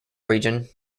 region